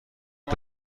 بود